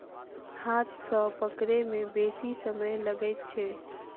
हाथ सॅ पकड़य मे बेसी समय लगैत छै